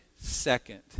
second